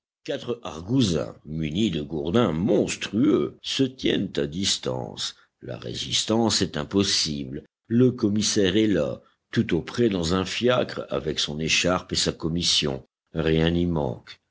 quatre argousins munis de gourdins monstrueux se tiennent à distance la résistance est impossible le commissaire est là tout auprès dans un fiacre avec son écharpe et sa commission rien n'y manque